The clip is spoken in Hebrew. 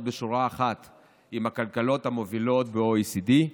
בשורה אחת עם הכלכלות המובילות ב-OECD.